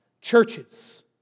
churches